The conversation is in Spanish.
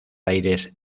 aires